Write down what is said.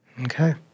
Okay